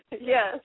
Yes